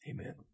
amen